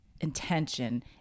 intention